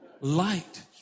Light